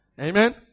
Amen